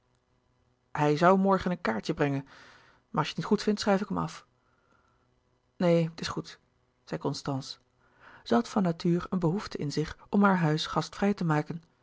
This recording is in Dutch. hij zoû morgen een kaartje brengen maar als je het niet goed vindt schrijf ik hem af neen het is goed zei constance zij had van natuur een behoefte in zich om haar huis gastvrij te maken